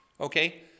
Okay